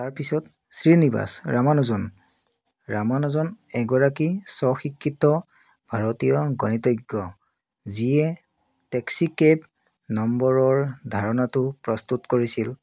তাৰপিছত শ্ৰীনিবাস ৰামানুজন ৰামানুজন এগৰাকী স্বশিক্ষিত ভাৰতীয় গণিতজ্ঞ যিয়ে টেক্সিকেট নম্বৰৰ ধাৰণাটো প্ৰস্তুত কৰিছিল